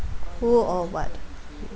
who or what